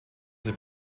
sie